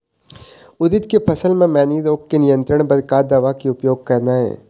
उरीद के फसल म मैनी रोग के नियंत्रण बर का दवा के उपयोग करना ये?